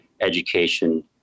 education